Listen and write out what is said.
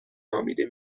نامیده